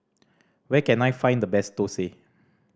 where can I find the best thosai